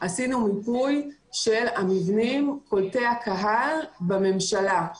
עשינו מיפוי של המבנים קולטי הקהל בממשלה.